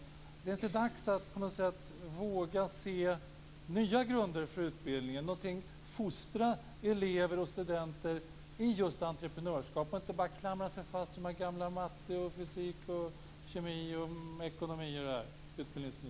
Är det inte dags att våga se nya grunder för utbildningen, att fostra studenter och elever i entreprenörskap och inte bara klamra sig fast vid de gamla ämnena matematik, fysik, kemi och ekonomi?